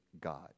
God